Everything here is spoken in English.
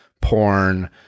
porn